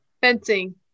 Fencing